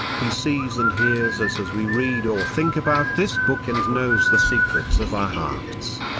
he sees and hears us as we read or think about this book and knows the secrets of our hearts.